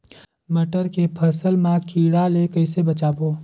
मटर के फसल मा कीड़ा ले कइसे बचाबो?